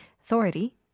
authority